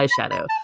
eyeshadow